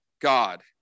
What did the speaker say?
God